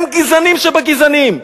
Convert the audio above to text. הם גזענים שבגזענים.